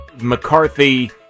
McCarthy